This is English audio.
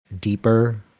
deeper